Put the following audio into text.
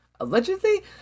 Allegedly